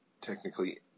technically